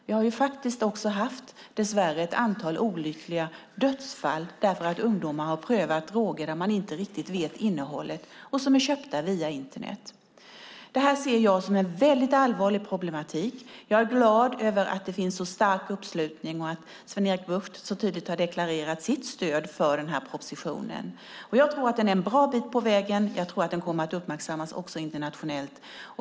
Vi har dess värre haft ett antal olyckliga dödsfall därför att ungdomar har prövat droger som man inte riktigt vet vad de innehåller och som är köpta via Internet. Jag ser detta som en väldigt allvarlig problematik. Jag är glad över att det finns en så stark uppslutning och att Sven-Erik Bucht så tydligt har deklarerat sitt stöd för den här propositionen. Jag tror att den leder oss en bra bit på vägen. Jag tror att den kommer att uppmärksammas också internationellt.